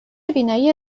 بینایی